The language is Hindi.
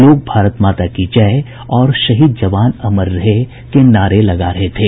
लोग भारत माता की जय और शहीद जवान अमर रहे के नारे लगा रहे थे